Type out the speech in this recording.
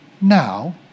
Now